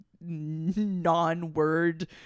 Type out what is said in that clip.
non-word